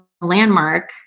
Landmark